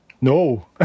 No